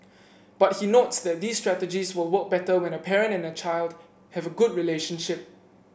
but he notes that these strategies will work better when a parent and child have a good relationship